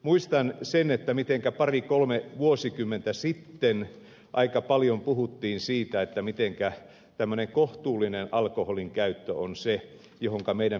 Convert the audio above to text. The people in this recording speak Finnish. muistan sen mitenkä pari kolme vuosikymmentä sitten aika paljon puhuttiin siitä mitenkä tämmöinen kohtuullinen alkoholinkäyttö on se johonka meidän pitäisi pyrkiä